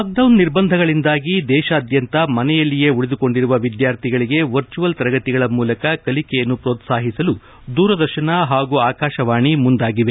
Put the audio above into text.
lockdown ನಿರ್ಬಂಧಗಳಿಂದಾಗಿ ದೇಶಾದ್ಯಂತ ಮನೆಯಲ್ಲಿಯೇ ಉಳಿದುಕೊಂಡಿರುವ ವಿದ್ಯಾರ್ಥಿಗಳಿಗೆ ವರ್ಚುಯಲ್ ತರಗತಿಗಳ ಮೂಲಕ ಕಲಿಕೆಯನ್ನು ಪ್ರೋತ್ಸಾಹಿಸಲು ದೂರದರ್ಶನ ಹಾಗೂ ಆಕಾಶವಾಣಿ ಮುಂದಾಗಿದೆ